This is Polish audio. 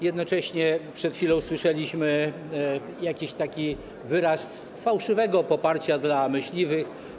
Jednocześnie przed chwilą słyszeliśmy jakiś wyraz fałszywego poparcia dla myśliwych.